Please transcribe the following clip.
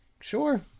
sure